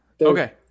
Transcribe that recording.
Okay